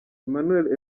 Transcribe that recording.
emmanuel